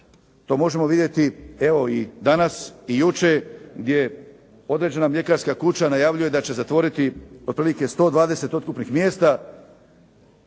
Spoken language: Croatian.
To možemo vidjeti evo i danas, i jučer gdje određena mljekarska kuća najavljuje da će zatvoriti otprilike 120 otkupnih mjesta